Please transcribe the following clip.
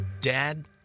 Dad